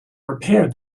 repaired